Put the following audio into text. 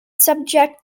subject